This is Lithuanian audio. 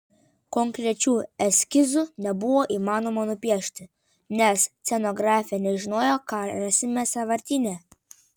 konkrečių eskizų nebuvo įmanoma nupiešti nes scenografė nežinojo ką rasime sąvartyne